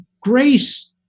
grace